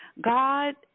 God